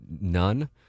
None